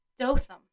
Dotham